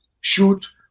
shoot